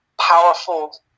powerful